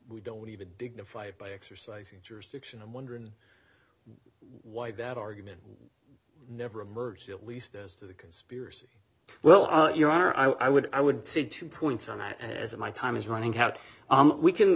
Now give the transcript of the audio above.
don't even dignify it by exercising jurisdiction i'm wondering why that argument never emerged at least as to the conspiracy well your honor i would i would say two points on that as my time is running out we can